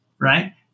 right